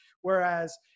Whereas